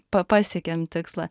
pa pasiekėm tikslą